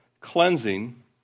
cleansing